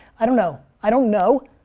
i don't know. i don't know,